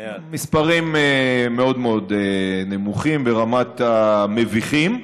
מספרים מאוד מאוד נמוכים, ברמת המביכים.